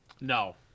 No